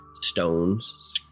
stones